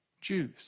Jews